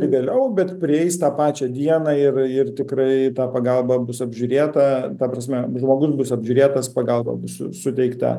ir vėliau bet prieis tą pačią dieną ir ir tikrai ta pagalba bus apžiūrėta ta prasme žmogus bus apžiūrėtas pagalba bus su suteikta